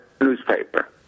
newspaper